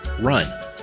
run